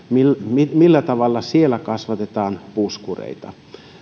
millä tavalla siellä kasvatetaan puskureita